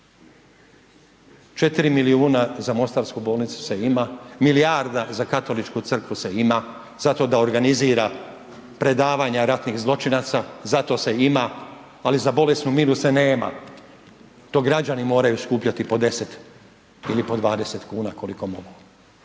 4 milijuna za mostarsku bolnicu se ima, milijarda za Katoličku crkvu se ima za to da organizira predavanja ratnih zločinaca, za to se ima, ali za bolesnu Milu se nema. To građani moraju skupljati po 10 ili po 20 kuna koliko mogu,